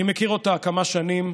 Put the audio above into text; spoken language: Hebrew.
אני מכיר אותה כמה שנים.